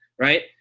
Right